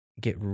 get